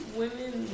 women